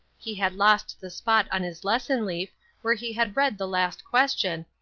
he had lost the spot on his lesson leaf where he had read the last question,